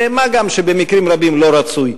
מה גם שבמקרים רבים זה לא רצוי.